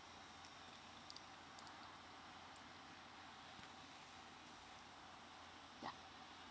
yeah